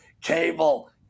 cable